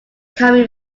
coming